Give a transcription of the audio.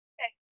Okay